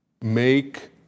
make